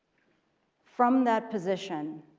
from that position,